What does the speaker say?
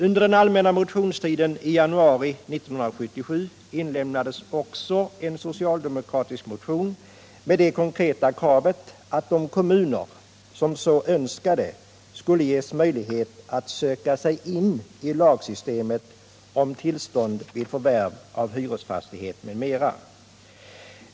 Under den allmänna motionstiden i januari 1977 inlämnades också en socialdemokratisk motion med det konkreta kravet att de kommuner som så önskade skulle ges möjlighet att söka sig in i lagsystemet om tillstånd vid förvärv av hyresfastighet m.m.